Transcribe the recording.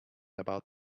about